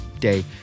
day